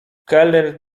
kelner